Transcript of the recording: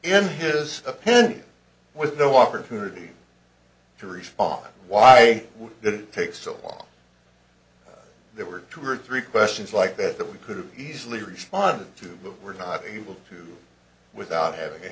in his opinion with no opportunity to respond why did it take so long there were two or three questions like that that we could have easily responded to but were not able to without having a